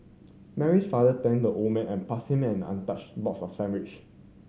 Mary's father thanked the old man and passed him an untouched box of sandwich